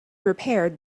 repaired